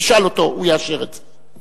תשאל אותו, הוא יאשר את זה.